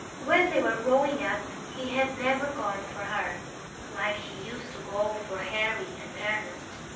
when they were growing up he had never gone for her like he used to go for harry and ernest,